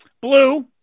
Blue